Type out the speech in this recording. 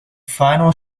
final